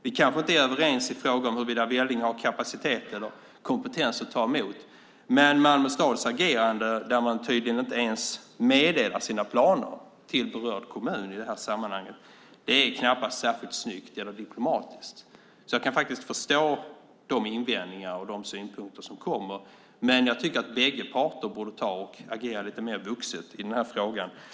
Vi kanske inte är överens i fråga om huruvida Vellinge har kapacitet eller kompetens att ta emot, men Malmö stads agerande, där man tydligen inte ens meddelar sina planer till berörd kommun i det här sammanhanget, är knappast särskilt snyggt eller diplomatiskt. Jag kan faktiskt förstå de invändningar och de synpunkter som kommer, men jag tycker att bägge parter borde ta och agera lite mer vuxet i den här frågan.